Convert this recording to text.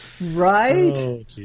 right